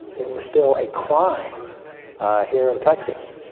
it was still a crime here in texas